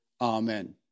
Amen